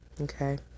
Okay